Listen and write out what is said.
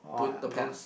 put depends